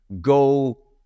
go